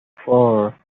four